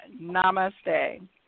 Namaste